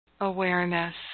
awareness